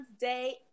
Day